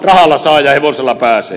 rahalla saa ja hevosella pääsee